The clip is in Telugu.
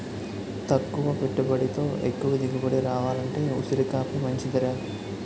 తక్కువ పెట్టుబడితో ఎక్కువ దిగుబడి రావాలంటే ఉసిరికాపే మంచిదిరా